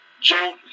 Joe